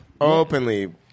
Openly